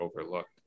overlooked